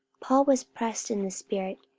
paul was pressed in the spirit,